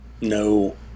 No